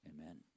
amen